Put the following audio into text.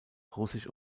russisch